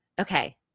Okay